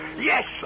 Yes